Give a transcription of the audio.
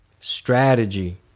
strategy